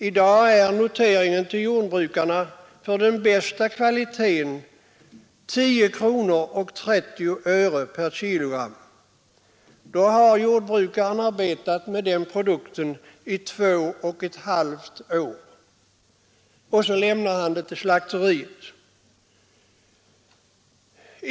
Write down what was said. I dag är noteringen för jordbrukarna för den bästa kvaliteten 10 kronor 30 öre per kilo. Då har jordbrukarna arbetat med produkten i två och ett halvt år. Så lämnar man den till slakteriet.